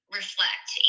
reflect